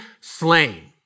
Slain